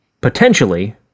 potentially